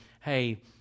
Hey